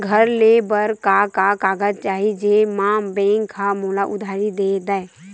घर ले बर का का कागज चाही जेम मा बैंक हा मोला उधारी दे दय?